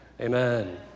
Amen